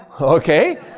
okay